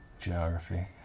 geography